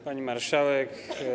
Pani Marszałek!